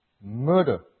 murder